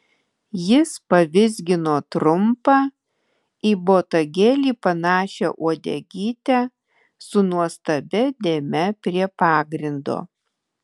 jis pavizgino trumpą į botagėlį panašią uodegytę su nuostabia dėme prie pagrindo